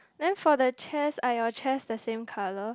then for the chairs are your chairs the same color